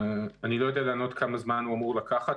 אני לא יודע לענות כמה זמן הוא אמור לקחת,